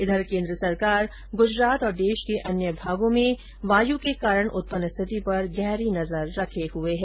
इधर केंद्र सरकार गुजरात और देश के अन्य भागों में चक्रवाती तूफान वायु के कारण उत्पन्न स्थिति पर गहरी नजर रखे हुए है